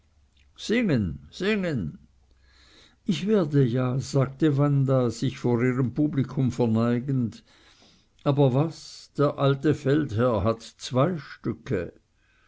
singen singen ich werde ja sagte wanda sich vor ihrem publikum verneigend aber was der alte feldherr hat zwei stücke